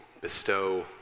bestow